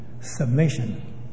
Submission